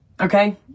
okay